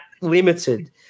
limited